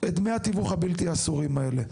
את דמי התיווך האסורים האלה.